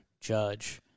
Judge